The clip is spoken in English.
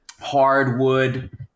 hardwood